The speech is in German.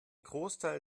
großteil